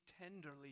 tenderly